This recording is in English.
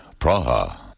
Praha